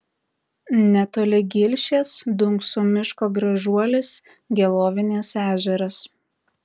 netoli gilšės dunkso miško gražuolis gelovinės ežeras